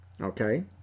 okay